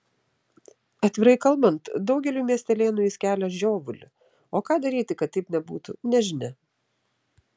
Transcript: atvirai kalbant daugeliui miestelėnų jis kelia žiovulį o ką daryti kad taip nebūtų nežinia